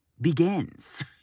begins